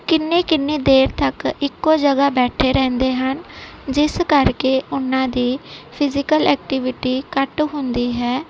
ਕਿੰਨੇ ਕਿੰਨੇ ਦੇਰ ਤੱਕ ਇੱਕੋ ਜਗ੍ਹਾ ਬੈਠੇ ਰਹਿੰਦੇ ਹਨ ਜਿਸ ਕਰਕੇ ਉਹਨਾਂ ਦੀ ਫਿਜੀਕਲ ਐਕਟੀਵਿਟੀ ਘੱਟ ਹੁੰਦੀ ਹੈ